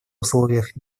условиях